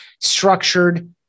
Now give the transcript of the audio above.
structured